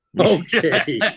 Okay